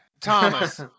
Thomas